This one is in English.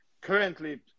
currently